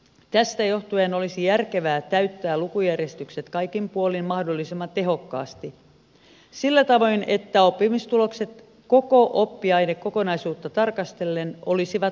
tästä johtuen olisi järkevää täyttää lukujärjestykset kaikin puolin mahdollisimman tehokkaasti sillä tavoin että oppimistulokset koko oppiainekokonaisuutta tarkastellen olisivat mahdollisimman hyvät